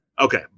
Okay